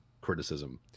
criticism